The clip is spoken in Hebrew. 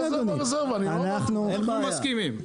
אנחנו מסכימים.